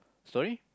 sorry